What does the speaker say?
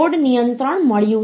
25 જેટલો અડધો છે